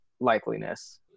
likeliness